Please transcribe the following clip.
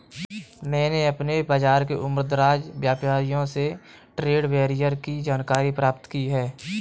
मैंने अपने बाज़ार के उमरदराज व्यापारियों से ट्रेड बैरियर की जानकारी प्राप्त की है